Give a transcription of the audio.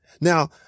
Now